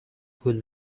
good